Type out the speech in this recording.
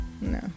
No